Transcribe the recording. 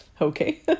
okay